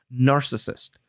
narcissist